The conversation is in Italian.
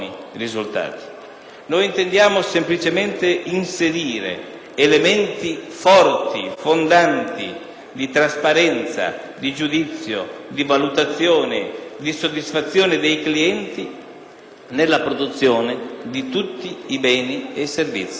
Intendiamo semplicemente inserire elementi forti e fondanti di trasparenza, di giudizio, di valutazione e di soddisfazione dei clienti, nella produzione di tutti i beni e servizi pubblici.